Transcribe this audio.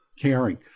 caring